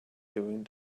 doing